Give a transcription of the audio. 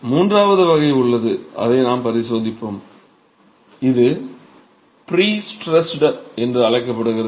மூன்றாவது வகையும் உள்ளது அதை நாம் பரிசோதிப்போம் இது ப்ரி ஸ்ட்ரெஸ்ட் என்று அழைக்கப்படுகிறது